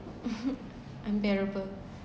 unbearable